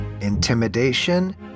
intimidation